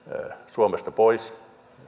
suomesta pois